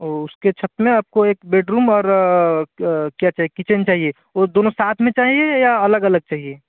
वो उसके छत में आपको एक बेडरूम और क्या क्या किचन चाहिए और दोनों साथ में चाहिए या अलग अलग चहिए